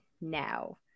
now